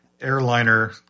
airliner